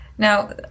Now